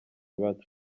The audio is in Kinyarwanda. bacu